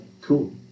Cool